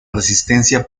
resistencia